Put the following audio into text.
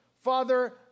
Father